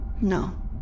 No